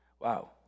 Wow